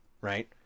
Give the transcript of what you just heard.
right